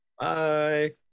Bye